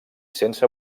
sense